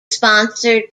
sponsored